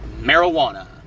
Marijuana